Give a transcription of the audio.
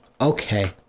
okay